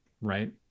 right